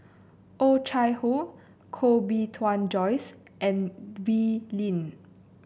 Oh Chai Hoo Koh Bee Tuan Joyce and Wee Lin